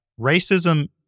racism